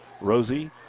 Rosie